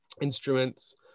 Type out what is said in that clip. instruments